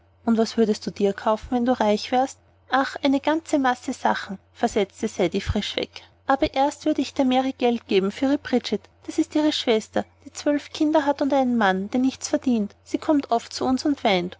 und was würdest du denn dir kaufen wenn du reich wärest ach eine ganze masse sachen versetzte ceddie frischweg aber erst würde ich der mary geld geben für ihre bridget das ist ihre schwester die zwölf kinder hat und einen mann der nichts verdient sie kommt oft zu uns und weint